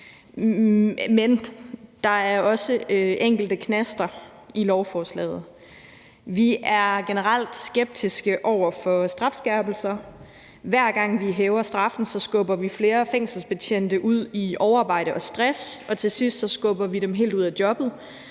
men der er også enkelte knaster i lovforslaget. Vi er generelt skeptiske over for strafskærpelser, for hver gang vi hæver straffen, skubber vi flere fængselsbetjente ud i overarbejde og stress, og til sidst skubber vi dem helt ud af jobbet,